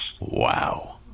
Wow